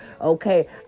Okay